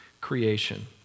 creation